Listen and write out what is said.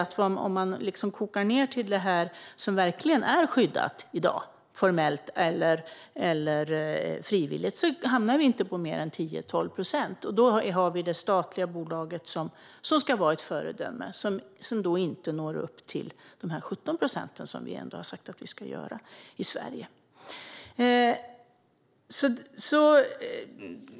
Om man kokar ned det till det som verkligen är skyddat i dag, formellt eller frivilligt, hamnar man inte på mer än 10-12 procent. Det är alltså det statliga bolaget, som ska vara ett föredöme, som inte når upp till de 17 procent som vi har sagt att vi ska uppnå i Sverige.